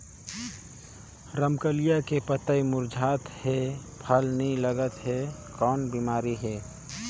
रमकलिया के पतई मुरझात हे फल नी लागत हे कौन बिमारी हे?